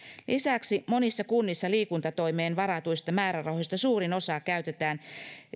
lisäksi monissa kunnissa liikuntatoimeen varatuista määrärahoista suurin osa käytetään